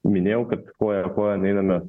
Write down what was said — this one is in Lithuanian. minėjau kad koja kojon einame